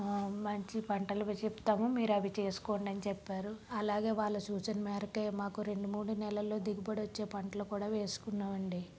మంచి పంటలు వి చెప్తాము మీరు అవి చేసుకోండని చెప్పారు అలాగే వాళ్ళ సూచన మేరకే మాకు రెండు మూడు నెలల్లో దిగుబడి వచ్చే పంటలు కూడా వేసుకున్నాం అండి